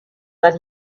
but